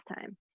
time